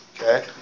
okay